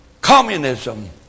communism